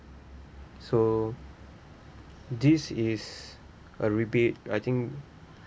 so this is a rebate I think